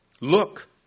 Look